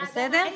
עכשיו,